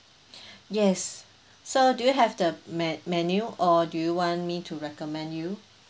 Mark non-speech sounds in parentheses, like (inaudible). (breath) yes so do you have the me~ menu or do you want me to recommend you